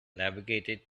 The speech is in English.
navigated